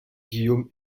guillaume